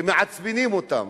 שמעצבנים אותם.